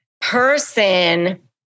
person